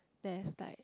there's like